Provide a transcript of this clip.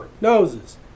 noses